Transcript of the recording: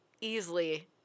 easily